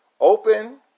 Open